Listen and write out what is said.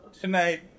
Tonight